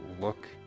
look